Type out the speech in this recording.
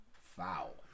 foul